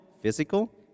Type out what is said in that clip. physical